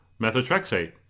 methotrexate